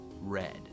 red